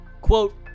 Quote